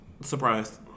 Surprise